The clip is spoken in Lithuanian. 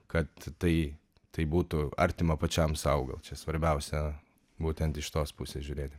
kad tai tai būtų artima pačiam sau gal čia svarbiausia būtent iš tos pusės žiūrėti